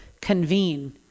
convene